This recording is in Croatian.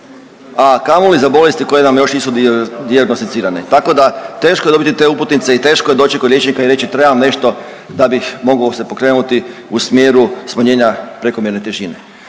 a kamoli za bolesti koje nam još nisu dijagnosticirane, tako da teško je dobiti te uputnice i teško je doći kod liječnika i reći trebam nešto da bih mogao se pokrenuti u smjeru smanjenja prekomjerne težine.